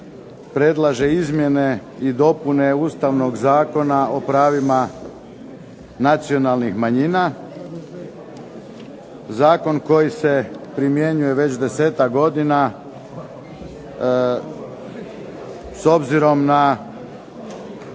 predlaže izmjene i dopune Ustavnog zakona o pravima nacionalnih manjina. Zakon koji se primjenjuje već 10-ak godina s obzirom na